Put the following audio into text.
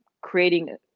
creating